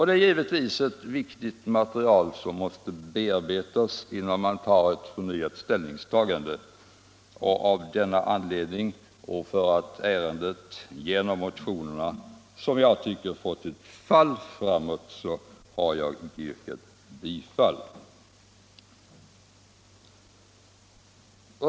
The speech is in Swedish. Det är givetvis viktigt att det materialet bearbetas innan man gör ett nytt ställningstagande. Av denna anledning och eftersom ärendet genom motionerna fått ett fall framåt yrkar jag inte bifall till dem.